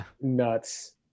nuts